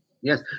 Yes